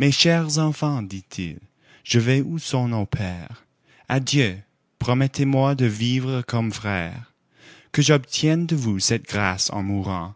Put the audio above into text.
mes chers enfants dit-il je vais où sont nos pères adieu promettez-moi de vivre comme frères que j'obtienne de vous cette grâce en mourant